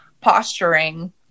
posturing